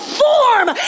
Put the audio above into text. form